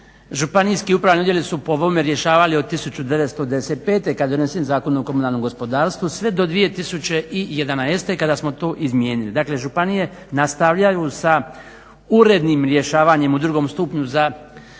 županijski upravni odjeli su po ovome rješavali od 1995. kada je donesen Zakon o komunalnom gospodarstvu, sve do 2011. kada smo to izmijenili. Dakle županije nastavljaju sa urednim rješavanjem u drugom stupnju za